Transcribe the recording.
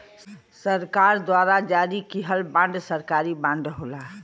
सरकार द्वारा जारी किहल बांड सरकारी बांड होला